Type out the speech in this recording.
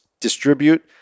distribute